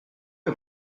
est